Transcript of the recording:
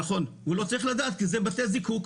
נכון, הוא לא צריך לדעת, כי אלה בתי הזיקוק.